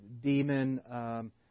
demon